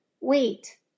Wait